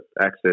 access